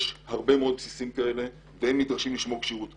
יש הרבה מאוד בסיסים כאלה והם נדרשים לשמור על כשירות.